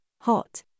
Hot